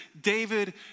David